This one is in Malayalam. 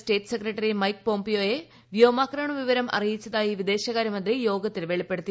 സ്റ്റേറ്റ് സെക്രട്ടറി മൈക് പോംപിയോയെ വ്യോമാക്രമണ വിവരം അറിയിച്ചതായി വിദേശകാര്യമന്ത്രി യോഗത്തിൽ വെളിപ്പെടുത്തി